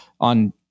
on